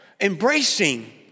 Embracing